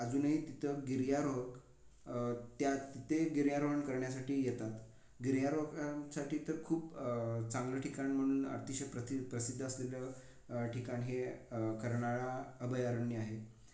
अजूनही तिथं गिर्यारोहक त्या तिथे गिर्यारोहण करण्यासाठी येतात गिर्यारोहकांसाठी तर खूप चांगलं ठिकाण म्हणून अतिशय प्रति प्रसिद्ध असलेलं ठिकाण हे कर्नाळा अभयारण्य आहे